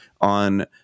on